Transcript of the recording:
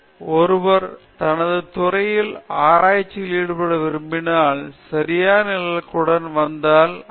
பிரசன்னா ஒருவர் தனது துறையில் ஆராய்ச்சியில் ஈடுபட விரும்பினால் சரியான இலக்குடன் வந்தால் நல்லது